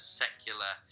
secular